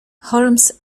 holmes